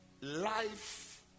life